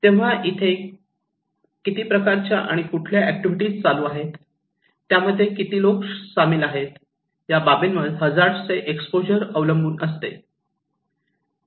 तेव्हा इथे किती प्रकारच्या आणि कुठल्या ऍक्टिव्हिटीज चालू आहेत आणि त्यामध्ये किती लोक सामिल आहेत या बाबींवर त्या हजार्ड चे एक्सपोजर अवलंबून असते